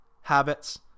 habits